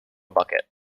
bucket